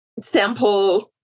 sample